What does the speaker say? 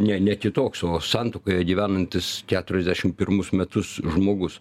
ne ne kitoks o santuokoje gyvenantis keturiasdešim pirmus metus žmogus